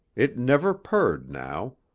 it never purred now,